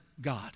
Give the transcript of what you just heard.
God